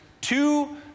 two